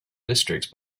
district